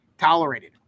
tolerated